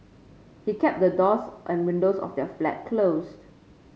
he kept the doors and windows of their flat closed